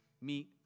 meet